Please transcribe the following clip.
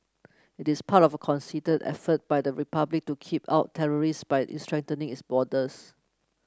it is part of a consider effort by the republic to keep out terrorists by strengthening its borders